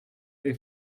they